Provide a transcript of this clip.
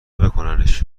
بکننش